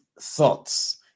thoughts